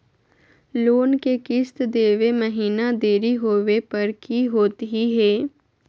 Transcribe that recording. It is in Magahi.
लोन के किस्त देवे महिना देरी होवे पर की होतही हे?